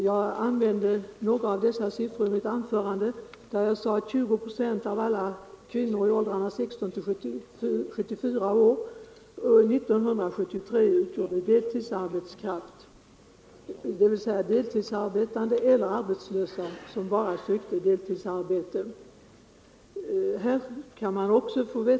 Jag använde några av de siffrorna i mitt anförande och sade att 20 procent av alla kvinnor i åldrarna 16-74 år utgjorde deltidsarbetskraft 1973, dvs. de var deltidsarbetande eller arbetslösa som bara sökte deltidsarbete.